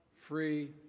free